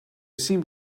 seemed